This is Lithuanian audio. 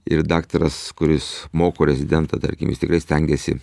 ir daktaras kuris moko rezidentą tarkim jis tikrai stengiasi